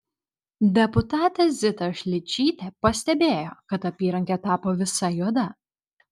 deputatė zita šličytė pastebėjo kad apyrankė tapo visa juoda